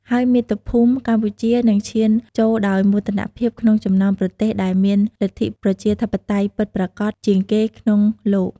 ហើយមាតុភូមិកម្ពុជានឹងឈានចូលដោយមោទនភាពក្នុងចំណោមប្រទេសដែលមានលទ្ធិប្រជាធិបតេយ្យពិតប្រាកដជាងគេក្នុងលោក។